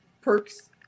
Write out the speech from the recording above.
perks